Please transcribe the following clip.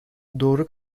doğru